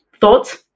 Thoughts